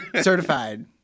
Certified